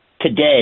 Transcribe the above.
today